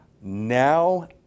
now